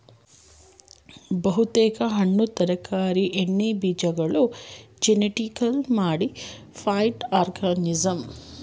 ಬಹುತೇಕ ಹಣ್ಣು ತರಕಾರಿ ಎಣ್ಣೆಬೀಜಗಳು ಜೆನಿಟಿಕಲಿ ಮಾಡಿಫೈಡ್ ಆರ್ಗನಿಸಂ